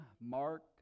Mark